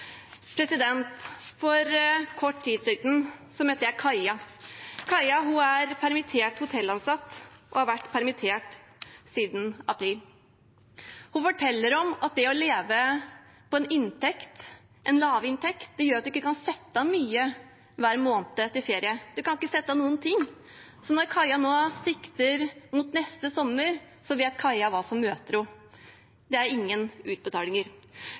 For kort tid siden møtte jeg Kaja. Kaja er permittert hotellansatt og har vært permittert siden april. Hun forteller om at det å leve på en lavinntekt gjør at du ikke kan sette av mye hver måned til ferie. Du kan ikke sette av noen ting. Så når Kaja nå sikter mot neste sommer, vet Kaja hva som møter henne. Det er ingen utbetalinger,